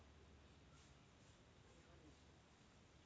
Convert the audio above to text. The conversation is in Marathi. आपण सापेक्ष परताव्याबद्दल ऐकले आहे का?